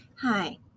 Hi